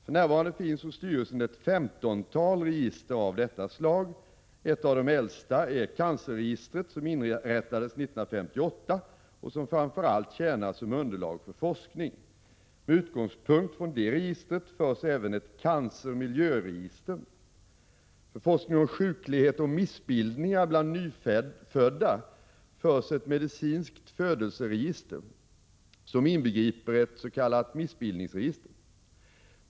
För närvarande finns hos styrelsen ett femtontal register av detta slag. Ett av de äldsta är cancerregistret, som inrättades 1958 och som framför allt tjänar som underlag för forskning. Med utgångspunkt från det registret förs även ett cancer—miljöregister. För forskning om sjuklighet och missbildningar bland nyfödda förs ett medicinskt födelseregister som inbegriper ett s.k. missbildningsregister.